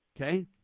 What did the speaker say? okay